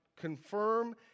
confirm